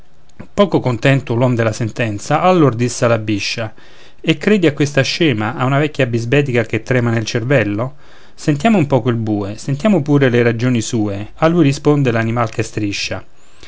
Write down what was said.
contento l'uom della sentenza allor disse alla biscia e credi a questa scema a una vecchia bisbetica che trema nel cervello sentiamo un poco il bue sentiamo pure le ragioni sue a lui rispose l'animal che striscia